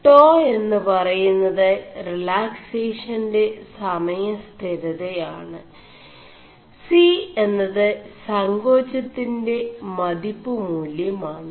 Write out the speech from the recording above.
േടാ എMു പറയുMത് റിലാക്േസഷൻെ സമയിരത ആണ് C എMത് സേ ാചøിെ മതിçgമൂലçമാണ്